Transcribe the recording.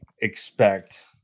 expect